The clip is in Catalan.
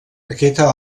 aquesta